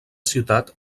ciutat